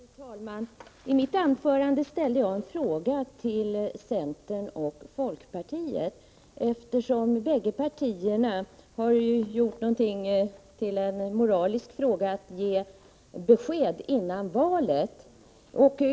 Fru talman! I mitt anförande ställde jag en fråga till centern och folkpartiet, eftersom båda partierna har gjort det till något av en moralisk fråga att ge besked före valet.